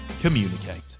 communicate